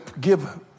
give